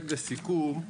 לסיכום.